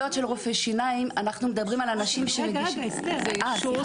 של רופאי שינים אנחנו מדברים על אנשים זה מה